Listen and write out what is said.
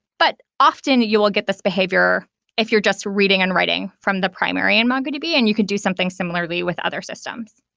but often you will get this behavior if you're just reading and writing from the primary in mongodb, and you can do something similarly with other systems.